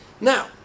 Now